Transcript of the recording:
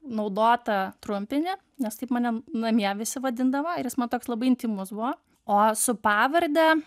naudotą trumpinį nes taip mane namie visi vadindavo ir jis man toks labai intymus buvo o su pavarde